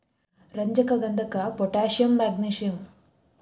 ರಂಜಕ ಗಂಧಕ ಪೊಟ್ಯಾಷಿಯಂ ಮ್ಯಾಗ್ನಿಸಿಯಂ